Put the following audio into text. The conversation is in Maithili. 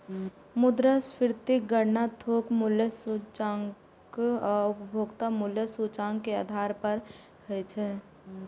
मुद्रास्फीतिक गणना थोक मूल्य सूचकांक आ उपभोक्ता मूल्य सूचकांक के आधार पर होइ छै